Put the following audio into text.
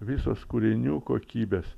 visos kūrinių kokybės